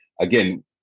again